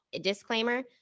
disclaimer